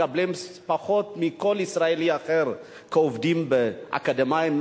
מקבלים פחות מכל ישראלי אחר כעובדים אקדמאים,